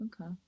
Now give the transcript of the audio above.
Okay